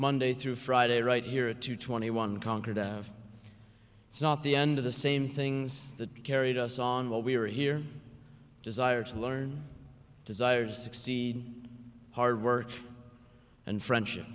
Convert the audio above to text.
monday through friday right here at two twenty one concord it's not the end of the same things that carried us on what we were here desire to learn desire to succeed hard work and friendship